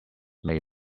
made